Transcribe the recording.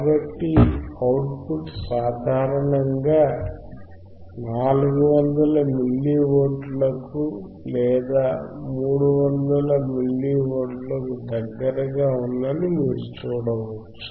కాబట్టిఅవుట్ పుట్ సాధారణంగా 400 millivolt లకు లేదా 300 మిల్లీ వోల్ట్ లకు దగ్గరగా ఉందని మీరు చూడవచ్చు